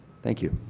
think you.